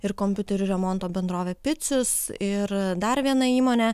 ir kompiuterių remonto bendrovė picius ir dar viena įmonė